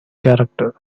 character